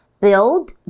Build